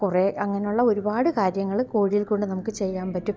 കുറേ അങ്ങനെയുള്ള ഒരുപാട് കാര്യങ്ങൾ കോഴിയിൽ കൊണ്ട് നമുക്ക് ചെയ്യാം പറ്റും